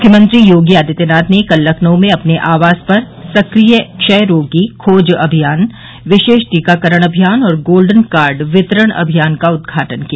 मुख्यमंत्री योगी आदित्यनाथ ने कल लखनऊ में अपने आवास पर सक्रिय क्षय रोगी खोज अभियान विशेष टीकाकरण अभियान और गोल्डन कार्ड वितरण अभियान का उद्घाटन किया